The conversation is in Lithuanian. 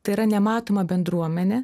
tai yra nematoma bendruomenė